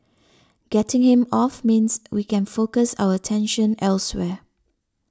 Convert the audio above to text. getting him off means we can focus our attention elsewhere